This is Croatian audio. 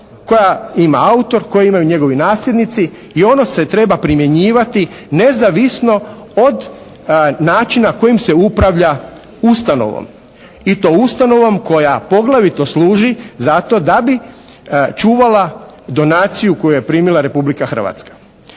koja ima autor, koje imaju njegovi nasljednici i ono se treba primjenjivati nezavisno od načina kojim se upravlja ustanovom i to ustanovom koja poglavito služi za to da bi čuvala donaciju koju je primila Republika Hrvatska.